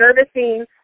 servicing